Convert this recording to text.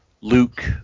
Luke